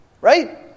Right